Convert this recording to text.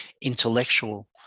intellectual